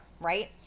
right